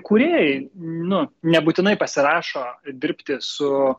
kūrėjai nu nebūtinai pasirašo dirbti su